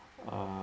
uh